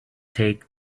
take